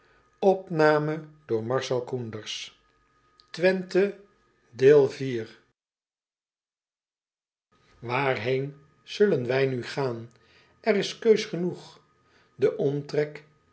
kennen aarheen zullen wij nu gaan r is keus genoeg e omtrek